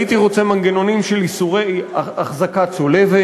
הייתי רוצה מנגנונים של איסורי אחזקה צולבת,